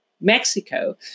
Mexico